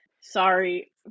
Sorry